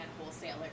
wholesalers